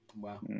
Wow